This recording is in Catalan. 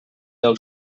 els